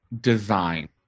design